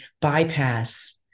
bypass